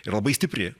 ir labai stipri